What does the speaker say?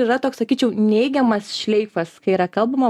yra toks sakyčiau neigiamas šleifas kai yra kalbama